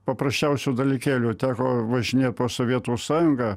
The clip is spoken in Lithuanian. paprasčiausių dalykėlių teko važinėt po sovietų sąjungą